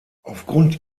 aufgrund